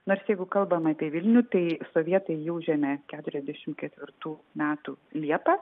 nors jeigu kalbam apie vilnių tai sovietai jį užėmė keturiasdešimt ketvirtų metų liepą